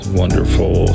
wonderful